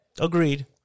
Agreed